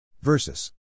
versus